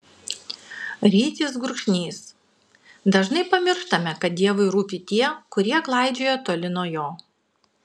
rytis gurkšnys dažnai pamirštame kad dievui rūpi tie kurie klaidžioja toli nuo jo